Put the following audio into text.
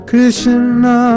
Krishna